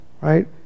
right